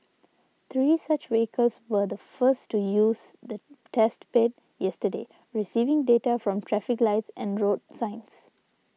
three such vehicles were the first to use the test bed yesterday receiving data from traffic lights and road signs